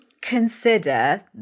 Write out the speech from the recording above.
consider